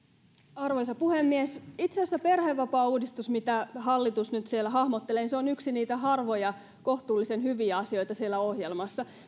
arvoisa puhemies itse asiassa se perhevapaauudistus mitä hallitus nyt hahmottelee on yksi niitä harvoja kohtuullisen hyviä asioita siellä ohjelmassa